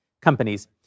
companies